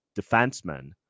defenseman